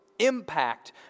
impact